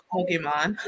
Pokemon